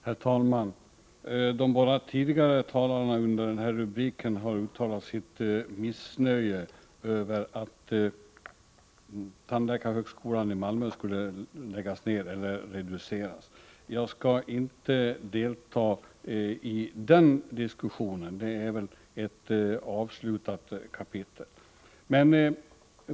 Herr talman! De båda tidigare talarna under denna rubrik har uttalat sitt missnöje över att tandläkarhögskolan i Malmö skall läggas ned eller utbildningen där reduceras. Jag skall inte delta i den diskussionen. Det är ett avslutat kapitel.